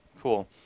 cool